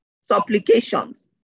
supplications